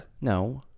no